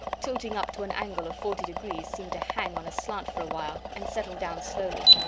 tilting up to an angle of forty degrees, seemed to hang on a slant for a while and settled down slowly.